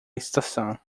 estação